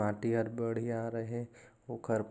माटी हर बड़िया रहें, ओखर